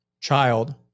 child